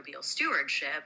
stewardship